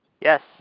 Yes